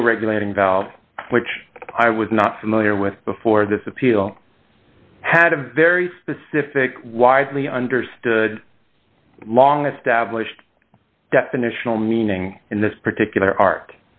low regulating valve which i was not familiar with before this appeal had a very specific widely understood long established definitional meaning in this particular art